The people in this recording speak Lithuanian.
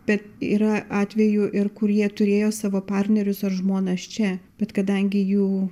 bet yra atvejų ir kurie turėjo savo partnerius ar žmonas čia bet kadangi jų